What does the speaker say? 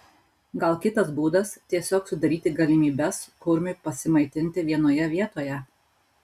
gal kitas būdas tiesiog sudaryti galimybes kurmiui pasimaitinti vienoje vietoje